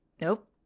nope